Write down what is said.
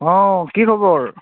অ কি খবৰ